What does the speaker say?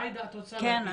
עאידה, את רוצה להגיד משהו.